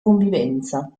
convivenza